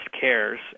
Cares